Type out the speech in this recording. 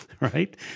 right